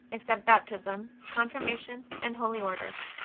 except baptism, confirmation, and holy orders.